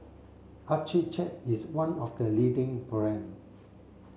Accucheck is one of the leading brands